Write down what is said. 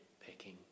picking